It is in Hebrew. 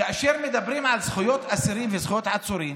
כאשר מדברים על זכויות אסירים וזכויות עצורים